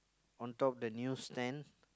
on top the news stand